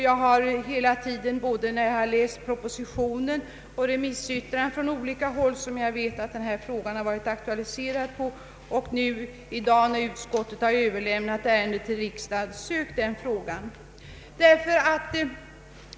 Jag har hela tiden både när jag läst propositionen och remissyttrandena från olika håll där jag vet att denna fråga varit aktualiserad samt även i dag när utskottet överlämnat ärendet till riksdagen sökt denna fråga.